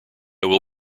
will